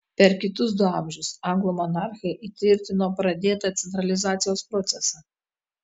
per kitus du amžius anglų monarchai įtvirtino pradėtą centralizacijos procesą